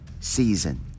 season